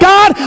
God